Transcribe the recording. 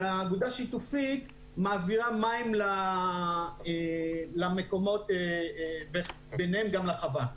שהאגודה השיתופית מעבירה מים למקומות וביניהם גם לחווה.